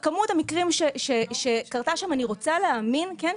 כמות המקרים שקרתה שם, אני רוצה להאמין, כן?